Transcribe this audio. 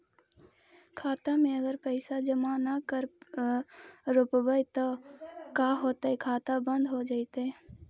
खाता मे अगर पैसा जमा न कर रोपबै त का होतै खाता बन्द हो जैतै?